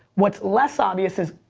what's less obvious is,